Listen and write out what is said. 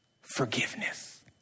Forgiveness